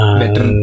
better